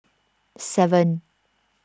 seven